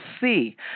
see